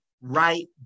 right